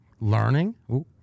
learning